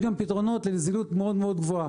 יש גם פתרונות לנזילות מאוד מאוד גבוהה.